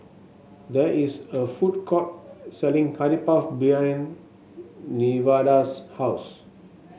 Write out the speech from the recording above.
there is a food court selling Curry Puff behind Nevada's house